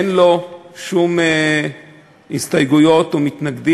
אין לו הסתייגויות או מתנגדים,